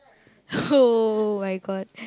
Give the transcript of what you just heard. !oh-my-God!